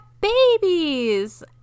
babies